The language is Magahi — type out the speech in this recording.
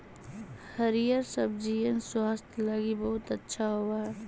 हरिअर सब्जिअन स्वास्थ्य लागी बहुत अच्छा होब हई